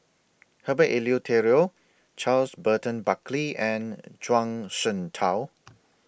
Herbert Eleuterio Charles Burton Buckley and Zhuang Shengtao